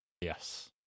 yes